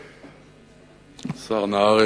השר נהרי,